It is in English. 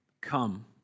Come